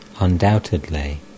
undoubtedly